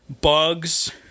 bugs